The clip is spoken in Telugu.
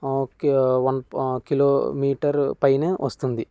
ఒక వన్ ప కిలోమీటరు పైన వస్తుంది